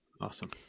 Awesome